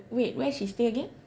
wait where she stay again